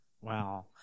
Wow